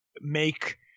make